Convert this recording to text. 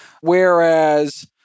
Whereas